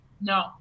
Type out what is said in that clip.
no